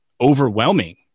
overwhelming